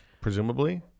presumably